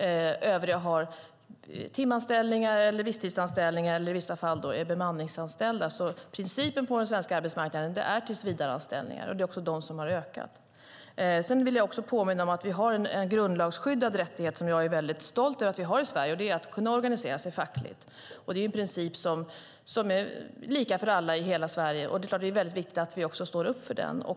De övriga har timanställningar, visstidsanställningar eller är bemanningsanställda. Principen på den svenska arbetsmarknaden är tillsvidareanställningar. Det är också de som har ökat. Vi har en grundlagsskyddad rättighet som jag är stolt över att vi har i Sverige, nämligen att kunna organisera sig fackligt. Det är en princip som är lika för alla i hela Sverige. Det är viktigt att vi står upp för den.